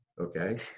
okay